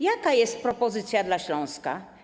Jaka jest propozycja dla Śląska?